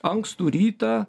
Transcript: ankstų rytą